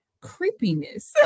creepiness